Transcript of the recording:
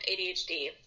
ADHD